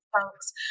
folks